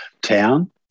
town